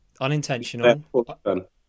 unintentional